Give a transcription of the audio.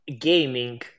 gaming